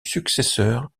successeur